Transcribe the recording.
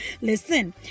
Listen